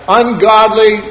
ungodly